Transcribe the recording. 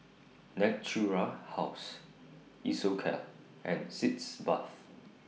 Natura House Isocal and Sitz Bath